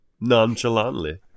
nonchalantly